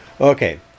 Okay